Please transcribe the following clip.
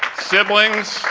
siblings,